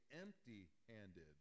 empty-handed